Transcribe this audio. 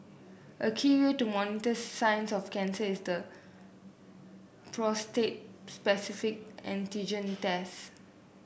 a key way to monitor signs of the cancer is the prostate specific antigen tests